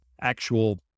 actual